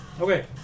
Okay